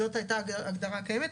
זאת הייתה ההגדרה הקיימת,